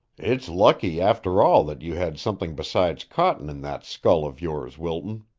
it's lucky, after all, that you had something besides cotton in that skull of yours, wilton.